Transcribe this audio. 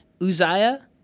Uzziah